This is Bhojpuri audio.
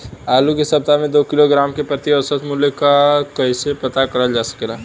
आलू के सप्ताह में दो किलोग्राम क प्रति औसत मूल्य क कैसे पता करल जा सकेला?